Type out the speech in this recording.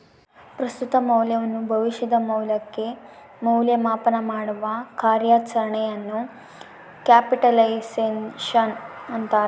ಪ್ರಸ್ತುತ ಮೌಲ್ಯವನ್ನು ಭವಿಷ್ಯದ ಮೌಲ್ಯಕ್ಕೆ ಮೌಲ್ಯ ಮಾಪನಮಾಡುವ ಕಾರ್ಯಾಚರಣೆಯನ್ನು ಕ್ಯಾಪಿಟಲೈಸೇಶನ್ ಅಂತಾರ